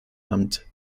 amt